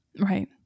right